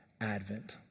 advent